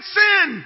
sin